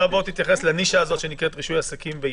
תתייחס לנישה הזאת שנקראת "רישוי עסקים בעיריות".